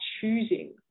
choosing